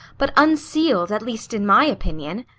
but unseal'd at least in my opinion.